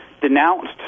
denounced